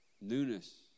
newness